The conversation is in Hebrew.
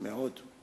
מאוד.